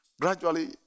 gradually